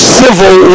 civil